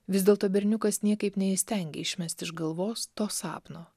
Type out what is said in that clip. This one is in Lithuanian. vis dėlto berniukas niekaip neįstengė išmesti iš galvos to sapno